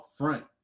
upfront